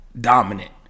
dominant